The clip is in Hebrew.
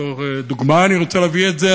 בתור דוגמה אני רוצה להביא את זה,